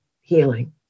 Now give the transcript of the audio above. healing